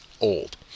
old